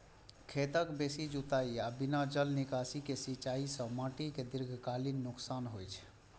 खेतक बेसी जुताइ आ बिना जल निकासी के सिंचाइ सं माटि कें दीर्घकालीन नुकसान होइ छै